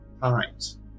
times